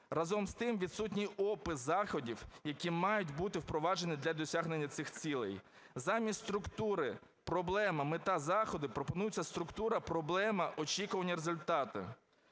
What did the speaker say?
Разом з тим, відсутній опис заходів, які мають бути впроваджені для досягнення цих цілей Замість структури "проблема, мета, заходи" пропонується структура "проблема, очікування результату".